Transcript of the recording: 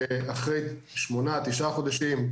שאחרי שמונה-תשעה חודשים,